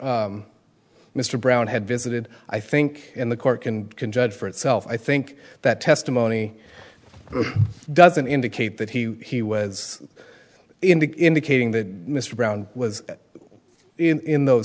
mr brown had visited i think in the court can can judge for itself i think that testimony doesn't indicate that he was in the indicating that mr brown was in th